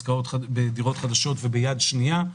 בדירות חדשות ויד שנייה.